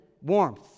warmth